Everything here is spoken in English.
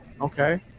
Okay